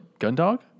Gundog